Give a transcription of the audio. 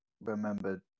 remembered